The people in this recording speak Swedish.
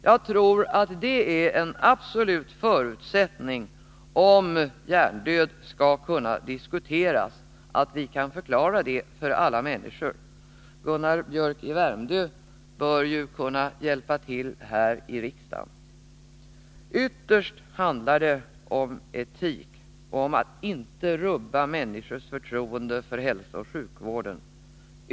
Jag tror att det är en absolut förutsättning att vi kan förklara begreppet hjärndöd för alla människor, om det skall kunna diskuteras. Gunnar Biörck i Värmdö bör ju kunna hjälpa till här i riksdagen. Ytterst, herr talman, handlar det om etik, om att inte rubba människors förtroende för hälsooch sjukvården.